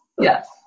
Yes